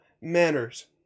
manners